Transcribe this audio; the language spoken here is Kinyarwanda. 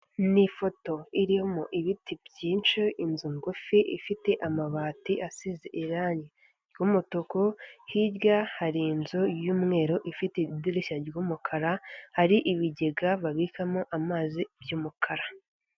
Ni ifoto irimo ibiti byinshi, inzu ngufi ifite amabati asize irange ry'umutuku, hirya hari inzu y'umweru ifite idirishya ry'umukara hari ibigega babikamo amazi by'umukara.